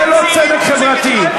זה לא צדק חברתי.